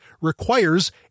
requires